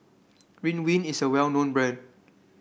Ridwind is a well known brand